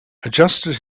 adjusted